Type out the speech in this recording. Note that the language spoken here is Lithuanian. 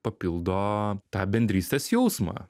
papildo tą bendrystės jausmą